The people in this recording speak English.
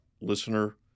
listener